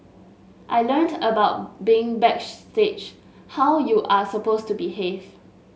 I learnt about being backstage how you are supposed to behave